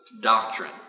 doctrine